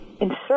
insert